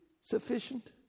sufficient